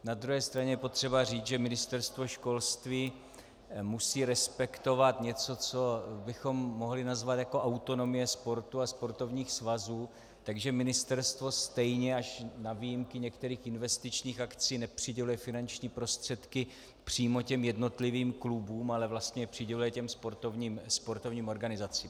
Na druhé straně je potřeba říct, že Ministerstvo školství musí respektovat něco, co bychom mohli nazvat jako autonomie sportu a sportovních svazů, takže ministerstvo stejně až na výjimky některých investičních akcí nepřiděluje finanční prostředky přímo jednotlivým klubům, ale vlastně je přiděluje sportovním organizacím.